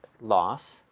loss